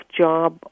job